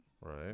Right